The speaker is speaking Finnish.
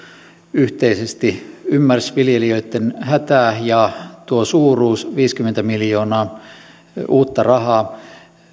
yhteisesti ymmärsi viljelijöitten hätää tuo suuruus on viisikymmentä miljoonaa uutta rahaa